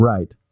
Right